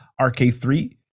RK3